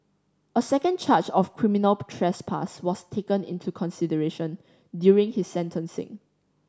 a second charge of criminal trespass was taken into consideration during his sentencing